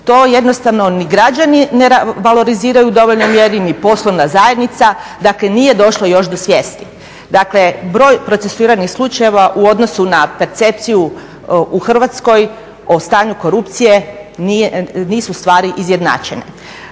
to jednostavno ni građani ne valoriziraju u dovoljnoj mjeri ni poslovna zajednica, dakle nije došlo još do svijesti. Dakle broj procesuiranih slučajeva u odnosu na percepciju u Hrvatskoj o stanju korupcije nisu stvari izjednačene.